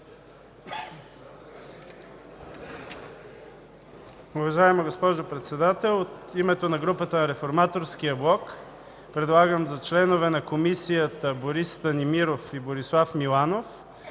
Уважаема госпожо Председател, от името на Парламентарната група на Реформаторския блок предлагам за членове на Комисията Борис Станимиров и Борислав Миланов